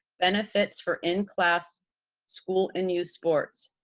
benefits for in class school and youth sports,